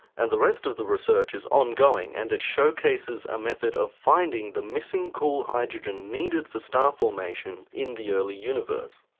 and the rest of the research is ongoing and it showcases a method of finding the missing cool hydrogen needed for star formation in the early universe.